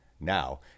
Now